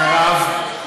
מרב,